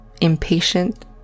impatient